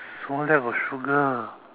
someone lack of sugar